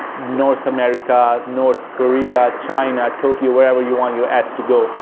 north america, north korea, china, tokyo, wherever you want your ads to go.